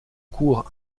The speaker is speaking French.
cour